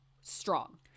strong